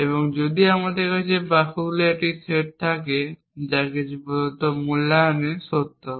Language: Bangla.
এবং যদি আমাদের কাছে বাক্যগুলির একটি সেট থাকে যা কিছু প্রদত্ত মূল্যায়নে সত্য হয়